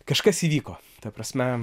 kažkas įvyko ta prasme